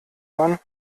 man